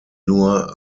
nur